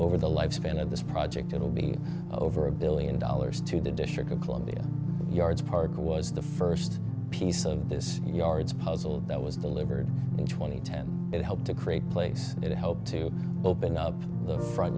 over the lifespan of this project it will be over a billion dollars to the district of columbia yards park was the first piece of this yard's puzzle that was delivered in two thousand and ten it helped to create place and it helped to open up the front